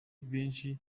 benshi